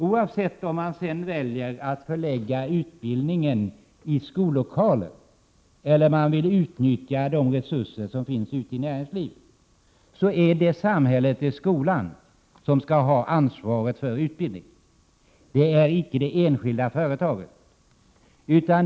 Oavsett om man sedan väljer att förlägga utbildningen till skollokalen eller om man vill utnyttja de resurser som finns ute i näringslivet, är det samhället/skolan som skall ha ansvaret för utbildningen, icke de enskilda företagen.